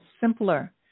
simpler